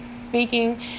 speaking